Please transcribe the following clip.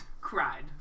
cried